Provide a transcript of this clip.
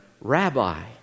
rabbi